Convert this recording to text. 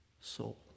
soul